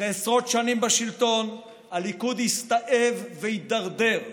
אחרי עשרות שנים בשלטון הליכוד הסתאב והידרדר.